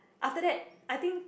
after that I think